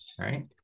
right